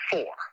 Four